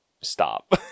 stop